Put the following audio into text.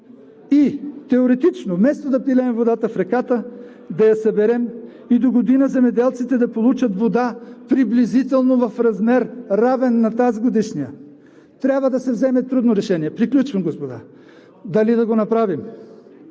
Теоретично: вместо да пилеем водата в реката, да я съберем и догодина земеделците да получат вода приблизително в размер, равен на тазгодишния. Трябва да се вземе трудно решение. (Шум и реплики.) Приключвам, господа. Дали да го направим,